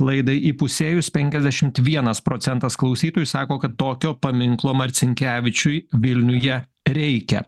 laidai įpusėjus penkiasdešimt vienas procentas klausytojų sako kad tokio paminklo marcinkevičiui vilniuje reikia